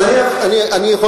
אתה פשוט אומר לא אמת.